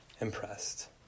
impressed